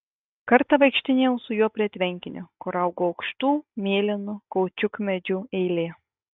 kartą vaikštinėjau su juo prie tvenkinio kur augo aukštų mėlynų kaučiukmedžių eilė